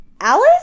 Alice